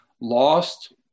lost